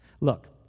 Look